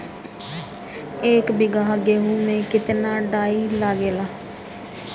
एक बीगहा गेहूं में केतना डाई लागेला?